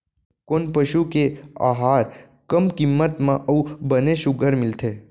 कोन पसु के आहार कम किम्मत म अऊ बने सुघ्घर मिलथे?